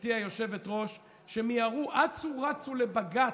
גברתי היושבת-ראש, שמיהרו, אצו רצו לבג"ץ,